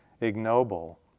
ignoble